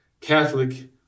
Catholic